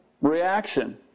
reaction